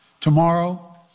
Tomorrow